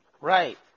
Right